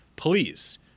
Please